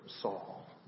Saul